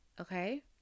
Okay